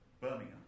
Birmingham